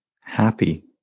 happy